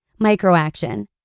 Microaction